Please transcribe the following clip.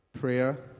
prayer